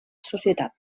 societat